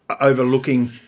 overlooking